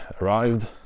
arrived